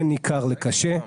בין ניכר לקשה.